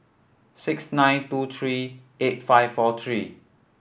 six nine two three eight five four three